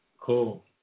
cool